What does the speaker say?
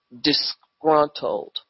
disgruntled